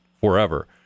forever